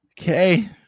Okay